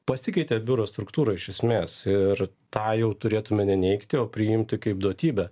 pasikeitė biuro struktūra iš esmės ir tą jau turėtume ne neigti o priimti kaip duotybę